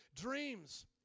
Dreams